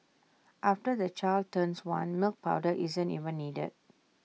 after the child turns one milk powder isn't even needed